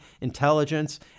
intelligence